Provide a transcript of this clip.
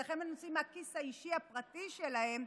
ולכן הם מוציאים מהכיס האישי הפרטי שלהם,